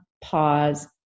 pause